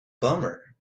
bummer